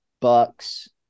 Bucks